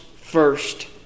first